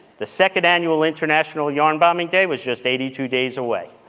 the second annual international yarn bombing day was just eighty two days away.